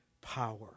power